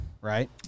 Right